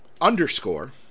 underscore